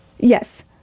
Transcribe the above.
Yes